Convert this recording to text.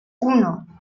uno